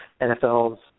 NFL's